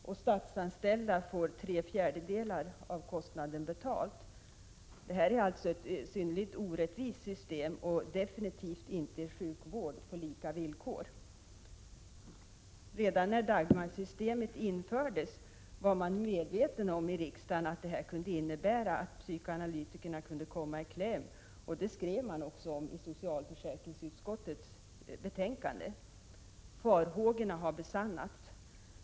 Och statsanställda får tre fjärdedelar av kostnaden betald. Det är alltså ett synnerligen orättvist system och absolut inte sjukvård på lika villkor. Redan när Dagmarsystemet infördes var man medveten om i riksdagen att det här kunde innebära att psykoanalytikerna kunde komma i kläm. Det skrev man också om i socialförsäkringsutskottets betänkande. Farhågorna — Prot. 1987/88:52 har besannats.